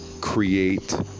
create